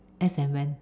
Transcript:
as and when